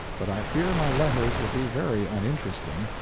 but i fear my letters will be very uninteresting,